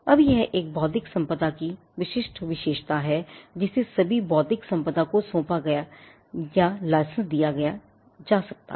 अब यह बौद्धिक संपदा की एक विशिष्ट विशेषता है जिसे सभी बौद्धिक संपदा को सौंपा या लाइसेंस दिया जा सकता है